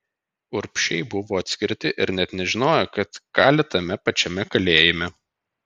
urbšiai buvo atskirti ir net nežinojo kad kali tame pačiame kalėjime